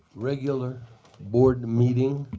regular board meeting